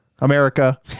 America